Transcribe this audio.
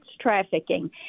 trafficking